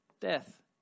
death